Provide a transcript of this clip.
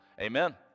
Amen